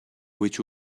which